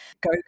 go